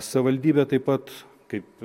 savivaldybė taip pat kaip